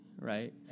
right